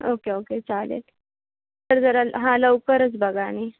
okay okay चालेल तर जरा हा लवकरच बघा आणि